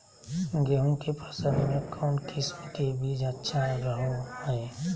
गेहूँ के फसल में कौन किसम के बीज अच्छा रहो हय?